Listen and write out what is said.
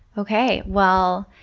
okay, well,